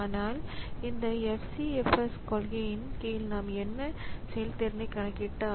ஆனால் இந்த FCFS கொள்கையின் கீழ் நாம் இந்த செயல்திறனைக் கணக்கிட்டால்